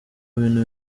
bintu